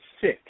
sick